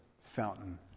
fountain